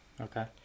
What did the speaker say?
Okay